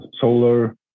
solar